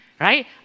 right